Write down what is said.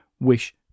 wish